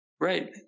Right